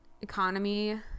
economy